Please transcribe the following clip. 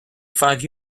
five